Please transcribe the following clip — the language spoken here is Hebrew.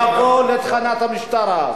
יבוא לתחנת המשטרה,